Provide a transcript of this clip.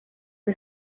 que